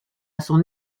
son